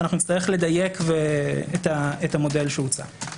ונצטרך לדייק את המודל שהוצע.